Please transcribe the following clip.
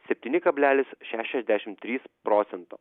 septyni kablelis šešiasdešim trys procento